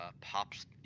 pops